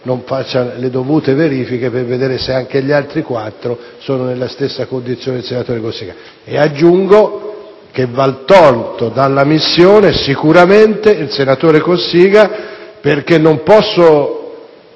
non fare le dovute verifiche per vedere se anche gli altri quattro sono nella stessa condizione del senatore Cossiga. Aggiungo che va tolto dall'elenco dei senatori in missione sicuramente il senatore Cossiga, perché non posso